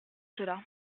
cela